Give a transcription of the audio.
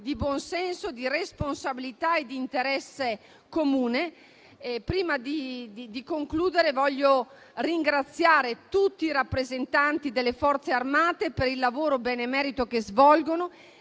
di buonsenso, di responsabilità e di interesse comune. Prima di concludere, voglio ringraziare tutti i rappresentanti delle Forze armate per il lavoro benemerito che svolgono